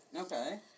Okay